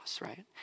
right